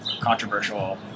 controversial